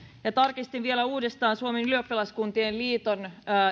tarkistin vielä uudestaan suomen ylioppilaskuntien liiton